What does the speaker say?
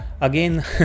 again